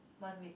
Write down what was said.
one week